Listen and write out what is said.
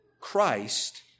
Christ